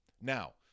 Now